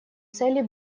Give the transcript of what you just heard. цели